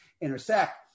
intersect